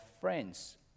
friends